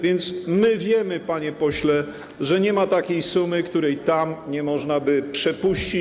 Więc my wiemy, panie pośle, że nie ma takiej sumy, której tam nie można by przepuścić.